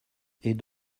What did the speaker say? est